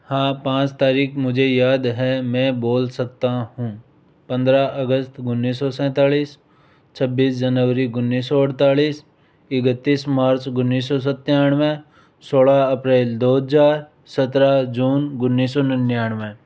हाँ पाँच तारीख मुझे याद है मैं बोल सकता हूँ पंद्रह अगस्त उन्नीस सौ सैंतालीस छब्बीस जनवरी उन्नीस सौ अड़तालीस इकत्तीस मार्च उन्नीस सौ सतानवे सोलह अप्रैल दो हजार सत्रह जून उन्नीस सौ निन्यानवे